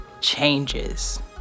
changes